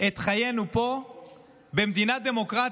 את חיינו פה במדינה דמוקרטית.